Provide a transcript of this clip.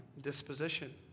disposition